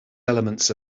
elements